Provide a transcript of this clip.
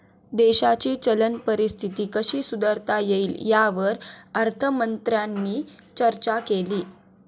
देशाची चलन परिस्थिती कशी सुधारता येईल, यावर अर्थमंत्र्यांनी चर्चा केली